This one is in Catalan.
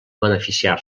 beneficiar